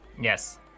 Yes